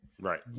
Right